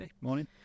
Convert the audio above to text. morning